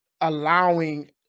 allowing